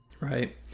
Right